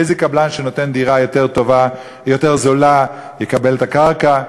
איזה קבלן שנותן דירה יותר זולה יקבל את הקרקע.